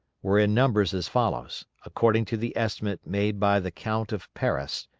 were in numbers as follows, according to the estimate made by the count of paris,